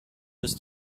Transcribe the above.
ist